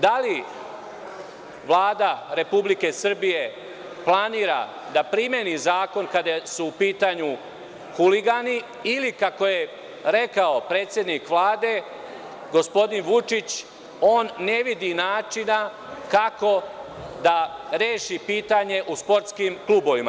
Da li Vlada Republike Srbije planira da primeni zakon kada su u pitanju huligani ili kako je rekao predsednik Vlade, gospodin Vučić – on ne vidi načina kako da reši pitanje u sportskim klubovima?